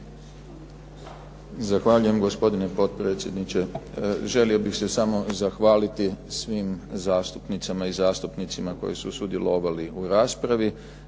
Zahvaljujem gospodine potpredsjedniče. Želio bih se samo zahvaliti svim zastupnicama i zastupnicima koji su sudjelovali u raspravi.